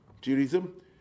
Judaism